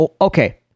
Okay